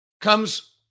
comes